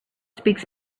speaks